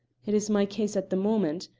it is my case at the moment.